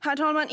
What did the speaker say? Herr talman!